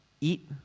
eat